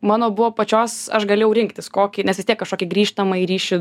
mano buvo pačios aš galėjau rinktis kokį nes vis tiek kažkokį grįžtamąjį ryšį